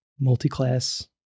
multi-class